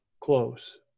close